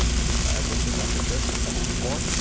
since i adjusted the aperture to f four